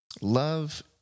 Love